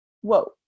whoa